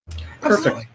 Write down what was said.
Perfect